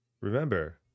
remember